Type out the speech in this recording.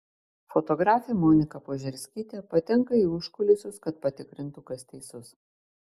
fotografė monika požerskytė patenka į užkulisius kad patikrintų kas teisus